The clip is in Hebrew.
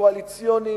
השותפים הקואליציוניים,